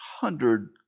hundred